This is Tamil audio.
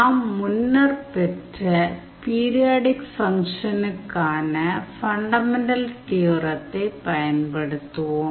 நாம் முன்னர் பெற்ற பீரியாடிக் ஃபங்க்ஷனுக்கான ஃபண்டமென்டல் தியோரத்தை பயன்படுத்துவோம்